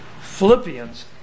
Philippians